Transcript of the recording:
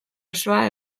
osoa